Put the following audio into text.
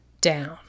down